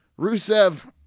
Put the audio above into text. Rusev